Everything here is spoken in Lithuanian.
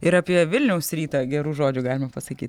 ir apie vilniaus rytą gerų žodžių galima pasakyt